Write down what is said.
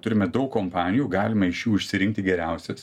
turime daug kompanijų galime iš jų išsirinkti geriausias